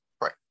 Right